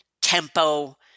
tempo